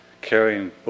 carrying